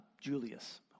Julius